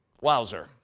wowzer